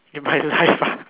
in my life ah